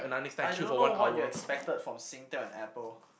I don't know what you expected from Singtel and Apple